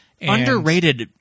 underrated